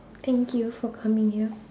thank you for coming here